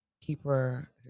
Keeper